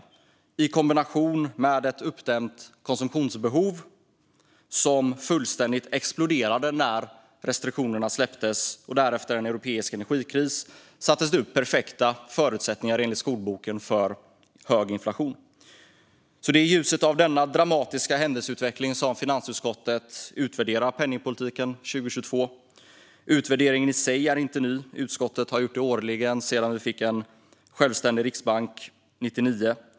Detta i kombination med ett uppdämt konsumtionsbehov som fullständigt exploderade när restriktionerna släpptes, och därefter en europeisk energikris, satte upp perfekta förutsättningar enligt skolboken för hög inflation. Det är i ljuset av denna dramatiska händelseutveckling som finansutskottet utvärderar penningpolitiken 2022. Utvärderingen i sig är inte ny. Utskottet har gjort den årligen sedan 1999 då vi fick en självständig riksbank.